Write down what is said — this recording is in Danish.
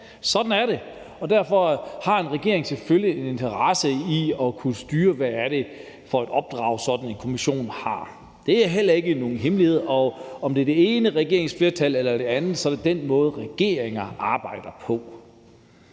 sådan er det, og derfor har en regering selvfølgelig en interesse i at kunne styre, hvad det er for et opdrag, sådan en kommission har. Det er heller ikke nogen hemmelighed. Om det er det ene regeringsflertal eller det andet, er det den måde, regeringer arbejder på.